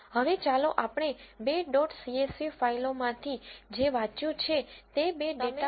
હવે ચાલો આપણે બે ડોટ સીએસવી ફાઈલોમાંથી જે વાંચ્યું છે તે બે ડેટા ફ્રેમ્સનું સ્ટ્રક્ચર જોઈએ